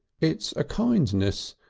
it's a kindness.